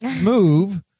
move